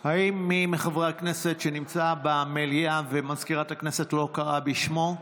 האם מי מחברי הכנסת נמצא במליאה ומזכירת הכנסת לא קראה בשמו?